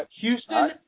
Houston